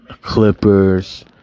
Clippers